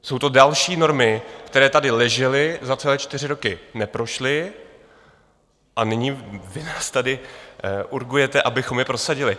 Jsou to další normy, které tady ležely, za celé čtyři roky neprošly a nyní vy nás tady urgujete, abychom je prosadili.